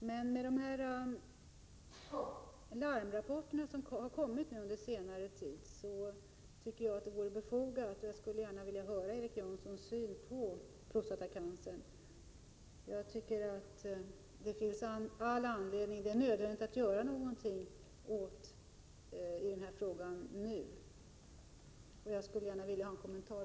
Med hänsyn till de larmrapporter som kommit under senare tid tycker jag att det vore befogat att Erik Janson gav sin syn på det som gäller prostatacancer. Det är nödvändigt att någonting görs i den här frågan nu, och jag skulle alltså gärna vilja ha en kommentar.